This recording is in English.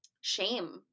shame